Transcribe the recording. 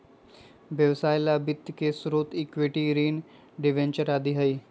व्यवसाय ला वित्त के स्रोत इक्विटी, ऋण, डिबेंचर आदि हई